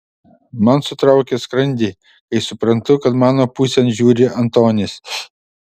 man sutraukia skrandį kai suprantu kad mano pusėn žiūri antonis